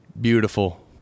Beautiful